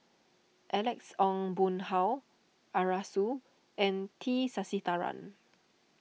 Alex Ong Boon Hau Arasu and T Sasitharan